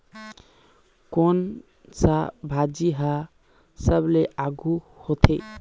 कोन सा भाजी हा सबले आघु होथे?